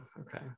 okay